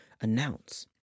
announce